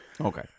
Okay